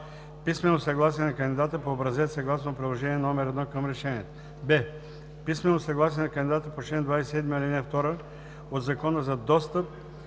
писмено съгласие на кандидата по образец съгласно Приложение № 1 към решението; б) писмено съгласие на кандидата по чл. 27, ал. 2 от Закона за достъп